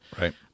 Right